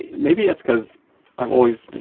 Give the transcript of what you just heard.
maybe that's because i've always, you